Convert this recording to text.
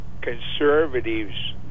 conservatives